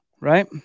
right